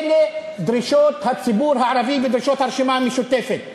אלה דרישות הציבור הערבי ודרישות הרשימה המשותפת.